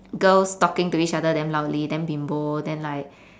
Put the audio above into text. girls talking to each other damn loudly damn bimbo then like